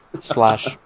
slash